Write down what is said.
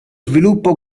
sviluppo